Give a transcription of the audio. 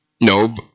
No